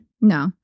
No